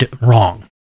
wrong